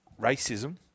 racism